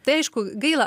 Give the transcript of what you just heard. tai aišku gaila